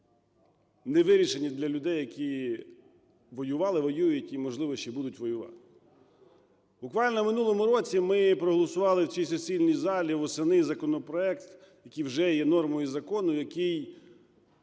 не вирішені для людей, які воювали, воюють і, можливо, ще будуть воювати. Буквально в минулому році ми проголосували в цій сесійній залі, восени, законопроект, який вже є нормою закону, який